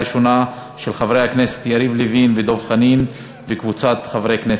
של חברי הכנסת יריב לוין ודב חנין וקבוצת חברי הכנסת,